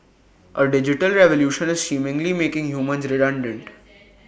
A digital revolution is seemingly making humans redundant